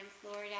Florida